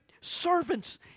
servants